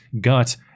gut